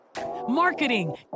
marketing